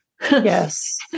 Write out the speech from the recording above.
Yes